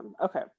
okay